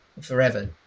forever